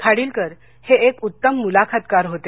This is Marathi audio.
खाडिलकर हे एक उत्तम मुलाखतकार होते